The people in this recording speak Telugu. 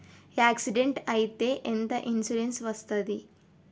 యాక్సిడెంట్ అయితే ఎంత ఇన్సూరెన్స్ వస్తది?